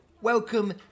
welcome